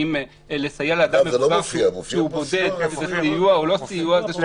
האם לסייע לאדם במצוקה שהוא בודד זה סיוע או לא סיוע זה סובייקטיבי.